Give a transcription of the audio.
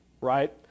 right